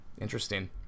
interesting